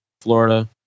Florida